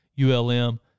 ULM